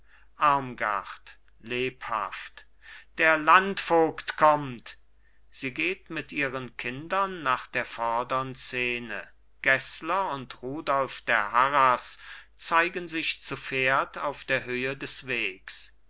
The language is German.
lebhaft der landvogt kommt sie geht mit ihren kindern nach der vordern szene gessler und rudolf der harras zeigen sich zu pferd auf der höhe des wegs